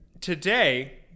today